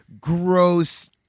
gross